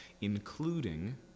including